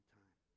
time